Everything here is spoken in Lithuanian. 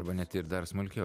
arba net ir dar smulkiau